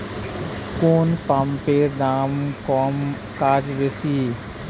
কোন পাম্পের দাম কম কাজ বেশি?